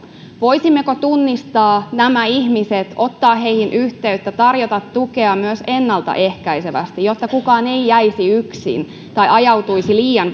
voisimmeko tunnistaa nämä ihmiset ja ottaa heihin yhteyttä ja tarjota tukea myös ennaltaehkäisevästi jotta kukaan ei jäisi yksin tai ajautuisi liian